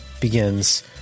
begins